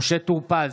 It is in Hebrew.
משה טור פז,